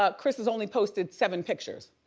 ah chris has only posted seven pictures.